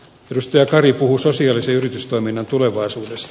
edustaja kari puhui sosiaalisen yritystoiminnan tulevaisuudesta